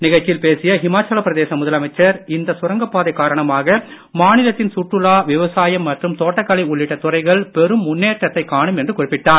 நிகழ்ச்சியில் பேசிய இமாச்சல பிரதேச முதலமைச்சர் இந்த சுரங்கப் பாதை காரணமாக மாநிலத்தின் சுற்றுலா விவசாயம் மற்றும் தோட்டக்கலை உள்ளிட்ட துறைகள் பெரும் முன்னேற்றத்தைக் காணும் என்று குறிப்பிட்டார்